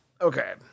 Okay